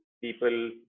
people